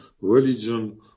religion